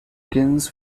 kilns